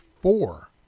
four